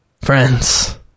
Friends